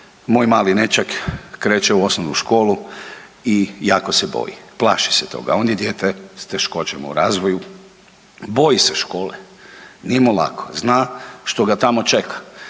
moj mali nećak kreće u osnovnu školu i jako se boji, plaši se toga. On je dijete s teškoćama u razvoju, boji se škole, nije mu lako, zna što ga tamo čeka.